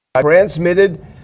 transmitted